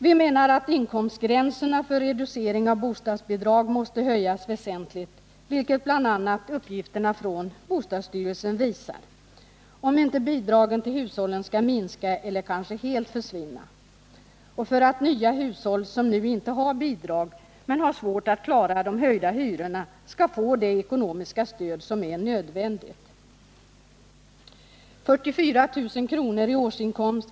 Vi menar att inkomstgränserna för reducering av bostadsbidrag måste höjas väsentligt, vilket bl.a. uppgifterna från bostadsstyrelsen visar, om inte bidragen till hushållen skall minska eller kanske helt försvinna och för att nya hushåll som nu inte har bidrag, men svårt att klara de höjda hyrorna, skall få det ekonomiska stöd som är nödvändigt. En årsinkomst på 44 000 kr.